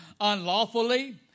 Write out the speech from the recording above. unlawfully